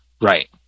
Right